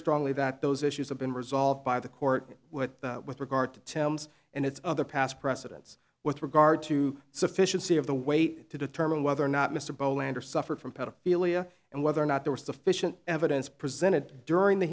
strongly that those issues have been resolved by the court what with regard to temps and its other past precedents with regard to sufficiency of the wait to determine whether or not mr boll lander suffered from pedophilia and whether or not there was sufficient evidence presented during the